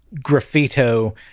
graffito